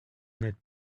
n’êtes